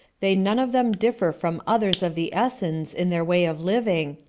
they none of them differ from others of the essens in their way of living,